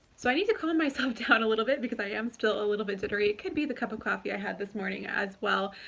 so i need to calm myself down a little bit, because i am still a little bit jittery. it could be the cup of coffee i had this morning as well,